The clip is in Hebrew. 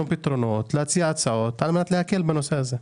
פתרונות להציע הצעות על מנת להקל בנושא הזה.